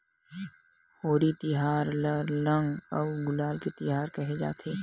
होरी तिहार ल रंग अउ गुलाल के तिहार केहे जाथे